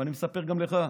אני מספר גם לך.